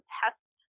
test